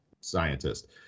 scientist